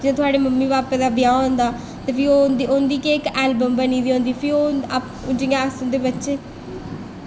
जि'यां थुआढ़े मम्मी बापा दा ब्याह् होंदा ते फ्ही उं'दी केह् उं'दी इक ऐलबम बनी दी होंदी फ्ही ओह् अस जि'यां उं'दे बच्चे